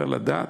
אי-אפשר לדעת.